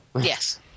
Yes